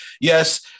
yes